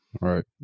Right